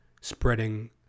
spreading